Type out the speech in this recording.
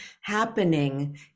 happening